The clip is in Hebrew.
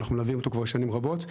אנחנו מלווים אותו כבר שנים רבות.